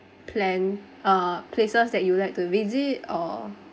plan uh places that you'd like to visit or